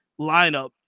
lineup